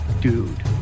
Dude